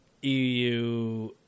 EU